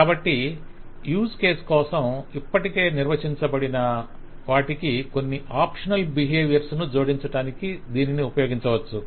కాబట్టి use case కోసం ఇప్పటికే నిర్వచించబడిన వాటికి కొన్ని ఆప్షనల్ బిహేవియర్ ను జోడించడానికి దీనిని ఉపయోగించవచ్చు